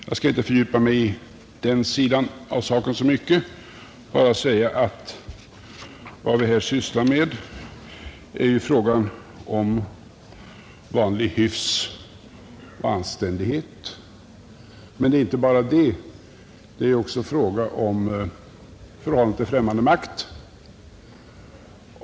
Jag skall inte fördjupa mig i den sidan av saken så mycket utan vill bara säga att vad vi här sysslar med är ju en fråga om vanlig hyfs och anständighet. Men det är inte bara det, utan det är också en fråga om förhållandet till främmande makt.